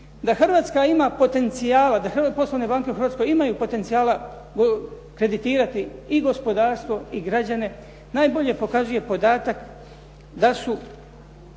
Da Hrvatska ima potencijala, da poslovne banke u Hrvatskoj imaju potencijala kreditirati i gospodarstvo i građane, najbolje pokazuje podatak da su